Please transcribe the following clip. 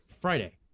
Friday